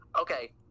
Okay